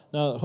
Now